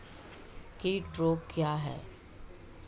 कीट रोग क्या है?